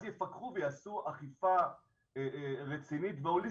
אז יפקחו ויעשו אכיפה רצינית והוליסטית.